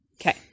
Okay